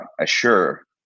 assure